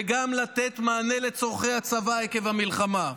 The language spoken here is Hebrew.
וגם לתת מענה לצורכי הצבא עקב המלחמה.